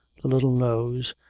the little nose,